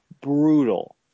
brutal